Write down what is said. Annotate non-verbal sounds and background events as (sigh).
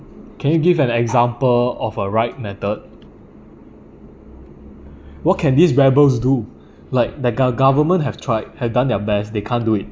can you give an example of a right method (breath) what can these rebels do (breath) like the gov~ government have tried had done their best they can't do it